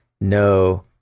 no